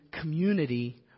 community